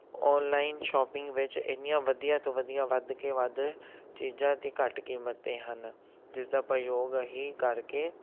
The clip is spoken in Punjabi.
ਔਨਲਾਈਨ ਸ਼ੋਪਿੰਗ ਵਿੱਚ ਇੰਨੀਆਂ ਵਧੀਆ ਤੋਂ ਵਧੀਆ ਵੱਧ ਕੇ ਵੱਧ ਚੀਜ਼ਾਂ ਤਾਂ ਘੱਟ ਕੀਮਤ 'ਤੇ ਹਨ ਜਿਸ ਦਾ ਪ੍ਰਯੋਗ ਅਸੀਂ ਕਰਕੇ